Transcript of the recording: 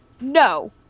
No